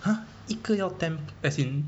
!huh! 一个要 ten as in